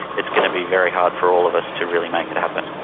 it's going to be very hard for all of us to really make it happen.